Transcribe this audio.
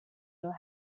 your